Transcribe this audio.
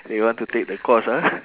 they want to take the course ah